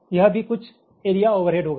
तो यह भी कुछ एरिया ओवरहेड होगा